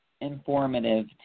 informative